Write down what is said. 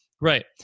Right